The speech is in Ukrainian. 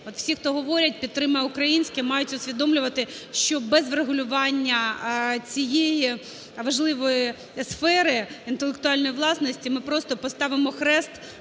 всі, хто говорять, підтримай українське мають усвідомлювати, що без врегулювання цієї важливої сфери: інтелектуальної власності, ми просто поставимо хрест